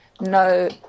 no